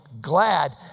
glad